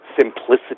simplicity